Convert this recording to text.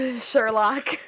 Sherlock